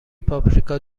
پاپریکا